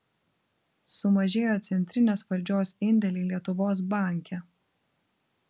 sumažėjo centrinės valdžios indėliai lietuvos banke